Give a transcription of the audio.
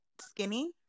skinny